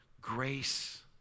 grace